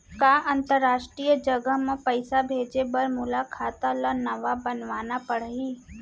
का अंतरराष्ट्रीय जगह म पइसा भेजे बर मोला खाता ल नवा बनवाना पड़ही?